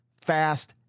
fast